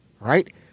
Right